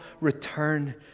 return